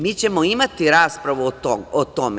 Mi ćemo imati raspravu o tome.